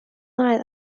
night